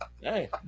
Hey